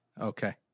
Okay